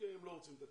הם לא רוצים את הכסף,